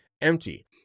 empty